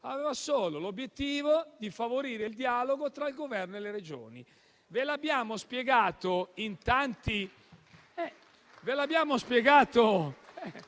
Aveva solo l'obiettivo di favorire il dialogo tra il Governo e le Regioni. Ve l'abbiamo spiegato in tanti